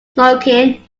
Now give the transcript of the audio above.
smoking